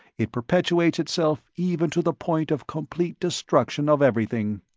it perpetuates itself even to the point of complete destruction of everything.